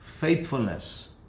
faithfulness